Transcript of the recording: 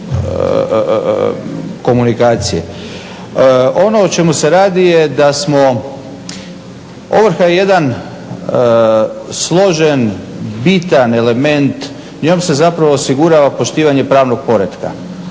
komunikacije. Ono o čemu se radi da smo, ovrha je jedan složen, bitan element, njom se zapravo omogućava poštivanje pravnog poretka.